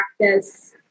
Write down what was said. practice